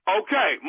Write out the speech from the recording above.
okay